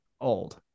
old